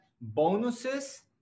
bonuses